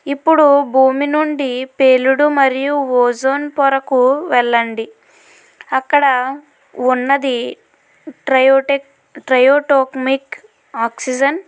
ఇప్పుడు భూమి నుండి పేలుడు మరియు ఓజోన్ కొరకు వెళ్ళండి అక్కడ ఉన్నది ట్రయోటిక్ ట్రైఅటాక్మిక్ ఆక్సిజన్